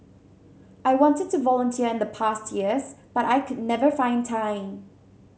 I wanted to volunteer in the past years but I could never find time